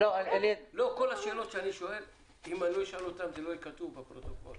לא אשאל שאלות זה לא יהיה כתוב בפרוטוקול,